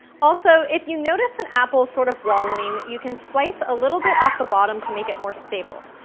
also, if you notice an apple sort of wobbling, you can slice a little bit off the bottom to make it more stable,